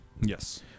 Yes